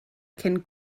cyn